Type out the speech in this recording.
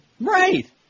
Right